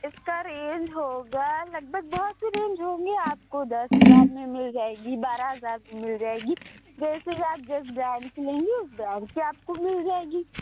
اس کا رینج ہوگا لگ بھگ بہت سی رینج ہوں گے آپ کو دس ہزار میں مل جائے گی بارہ ہزار میں مل جائے گی جیسے کہ آپ جس برانڈ کی لیں گے اس برانڈ کی آپ کو مل جائے گی